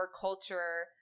culture